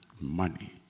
money